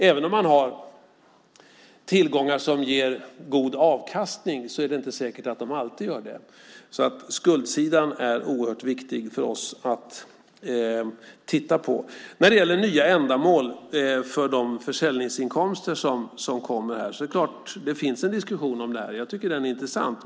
Även om man har tillgångar som ger god avkastning är det inte säkert att de alltid gör det. Så det är oerhört viktigt för oss att titta på skuldsidan. Det finns så klart en diskussion när det gäller nya ändamål för de försäljningsinkomster som kommer här. Jag tycker att den är intressant.